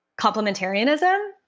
complementarianism